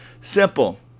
Simple